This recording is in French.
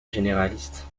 généraliste